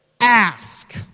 Ask